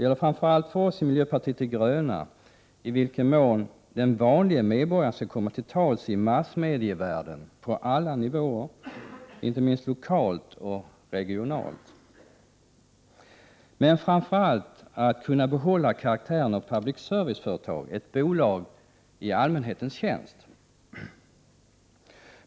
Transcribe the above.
För oss i miljöpartiet de gröna gäller det i vilken mån den vanlige medborgaren skall komma till tals i massmedievärlden på alla nivåer, inte minst lokalt och regionalt. Men det är framför allt fråga om att kunna behålla Sveriges Radios karaktär av public service-företag — ett bolag i allmänhetens tjänst.